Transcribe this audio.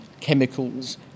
chemicals